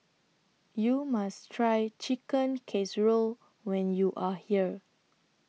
YOU must Try Chicken Casserole when YOU Are here